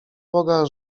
boga